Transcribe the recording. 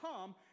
come